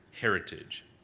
heritage